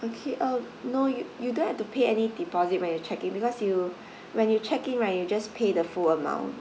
okay uh no you you don't have to pay any deposit when you check in because you when you check in right you just pay the full amount